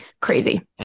crazy